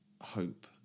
hope